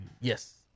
Yes